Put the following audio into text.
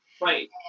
Right